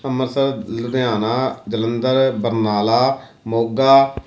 Amritsar Ludhiana Jalandhar Barnala Moga